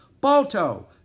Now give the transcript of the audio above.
Balto